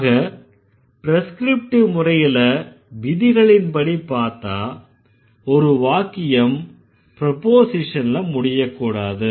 ஆக ப்ரெஸ்க்ரிப்டிவ் முறையில விதிகளின்படி பாத்தா ஒரு வாக்கியம் ப்ரொபோஸிஷன்ல முடியக்கூடாது